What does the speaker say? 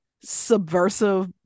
subversive